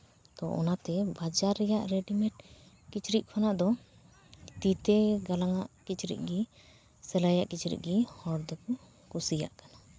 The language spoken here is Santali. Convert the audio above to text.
ᱚᱱᱟᱛᱮ ᱵᱟᱡᱟᱨ ᱨᱮᱭᱟᱜ ᱨᱮᱰᱤᱢᱮᱰ ᱠᱤᱪᱨᱤᱡ ᱠᱷᱚᱱᱟᱜ ᱫᱚ ᱛᱤ ᱛᱮ ᱜᱟᱞᱟᱝ ᱟᱜ ᱠᱤᱪᱨᱤᱡ ᱜᱮ ᱥᱤᱞᱟᱭᱟᱜ ᱠᱤᱪᱨᱤᱡ ᱜᱮ ᱦᱚᱲ ᱜᱮᱠᱚ ᱠᱩᱥᱤᱭᱟᱜ ᱠᱟᱱᱟ